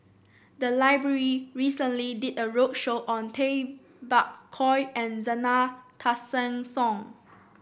the library recently did a roadshow on Tay Bak Koi and Zena Tessensohn